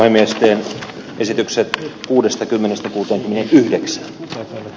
äänestäjän esitykset kuudestakymmenestä kuusi yhdeksän s